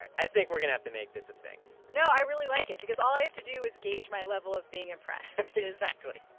i think we're going to have to make this a thing no, i really like it because all i have to do is gauge my level of being impressed which is. exactly.